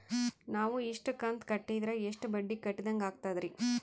ನಾವು ಇಷ್ಟು ಕಂತು ಕಟ್ಟೀದ್ರ ಎಷ್ಟು ಬಡ್ಡೀ ಕಟ್ಟಿದಂಗಾಗ್ತದ್ರೀ?